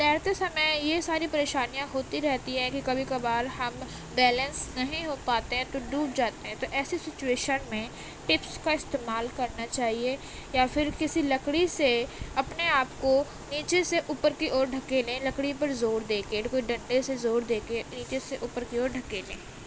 تیرتے سمے یہ ساری پریشانیاں ہوتی رہتی ہے کہ کبھی کبھار ہم بیلنس نہیں ہو پاتے ہیں تو ڈوب جاتے ہیں تو ایسی سچویشن میں ٹپس کا استعمال کرنا چاہیے یا پھر کسی لکڑی سے اپنے آپ کو نیچے سے اوپر کی اور ڈھکیلیں لکڑی پر زور دے کے کوئی ڈنڈے سے زور دے کے نیچے سے اوپر کی اور ڈھکیلیں